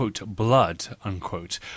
blood